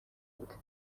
بود